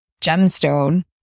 gemstone